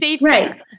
Right